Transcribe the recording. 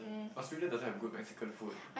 Australia doesn't have good Mexican food